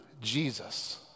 Jesus